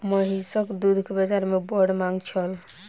महीसक दूध के बाजार में बड़ मांग छल